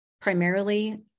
primarily